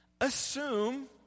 Assume